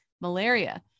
malaria